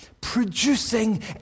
Producing